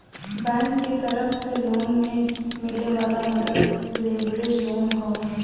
bank के तरफ से लोन में मिले वाला मदद लेवरेज लोन हौ